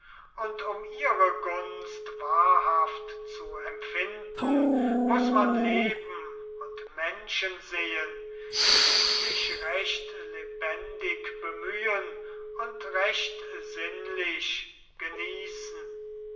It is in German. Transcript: und um ihre gunst wahrhaft zu empfinden muß man leben und menschen sehen die sich recht lebendig bemühen und recht sinnlich genießen